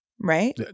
right